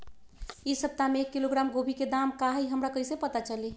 इ सप्ताह में एक किलोग्राम गोभी के दाम का हई हमरा कईसे पता चली?